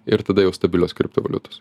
ir tada jau stabilios kriptovaliutos